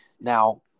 Now